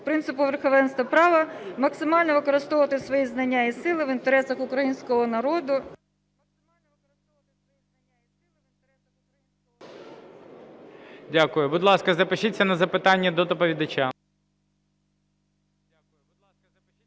принципу верховенства права, максимально використовувати свої знання і сили в інтересах українського народу... ГОЛОВУЮЧИЙ. Дякую. Будь ласка, запишіться на запитання до доповідача.